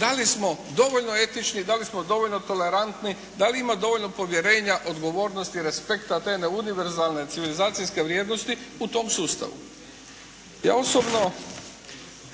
da li smo dovoljno etični, da li smo dovoljno tolerantni, da li ima dovoljno povjerenja, odgovornosti, respekta te jedne univerzalne civilizacijske vrijednosti u tom sustavu. Ja osobno